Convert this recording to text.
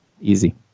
easy